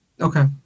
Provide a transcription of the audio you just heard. Okay